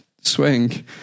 swing